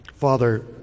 Father